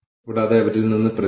അല്ലെങ്കിൽ കൂടുതൽ ബുദ്ധിമുട്ടാണോ